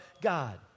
God